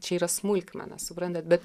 čia yra smulkmena suprantat bet